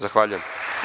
Zahvaljujem.